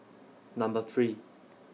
Number three